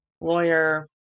lawyer